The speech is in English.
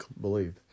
believe